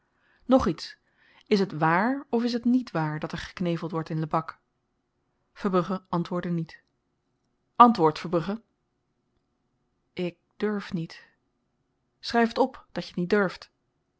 nog iets is t wààr of is t niet waar dat er gekneveld wordt in lebak verbrugge antwoordde niet antwoord verbrugge ik durf niet schryf t op dat je niet durft